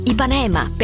Ipanema